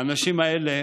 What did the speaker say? האנשים האלה